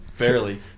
barely